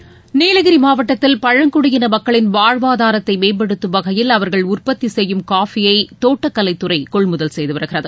seconds Nilgiri மாவட்டத்தில் பழங்குடியின மக்களின் வாழ்வாதாரத்தை மேம்படுத்தும் வகையில் அவர்கள் உற்பத்தி செய்யும் காபினய தோட்டக்கலைத் துறை கொள்முதல் செய்து வருகிறது